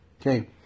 Okay